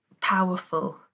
powerful